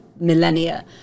millennia